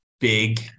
big